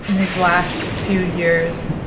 these last few years,